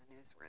newsworthy